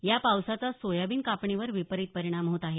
या पावसाचा सोयाबीन कापणीवर विपरीत परिणाम होत आहे